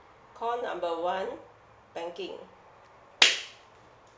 call number one banking